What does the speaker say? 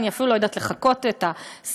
אני אפילו לא יודעת לחקות את השפה,